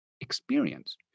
experience